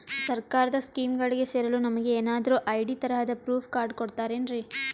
ಸರ್ಕಾರದ ಸ್ಕೀಮ್ಗಳಿಗೆ ಸೇರಲು ನಮಗೆ ಏನಾದ್ರು ಐ.ಡಿ ತರಹದ ಪ್ರೂಫ್ ಕಾರ್ಡ್ ಕೊಡುತ್ತಾರೆನ್ರಿ?